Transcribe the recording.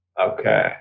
Okay